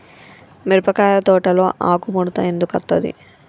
మిరపకాయ తోటలో ఆకు ముడత ఎందుకు అత్తది?